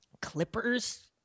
Clippers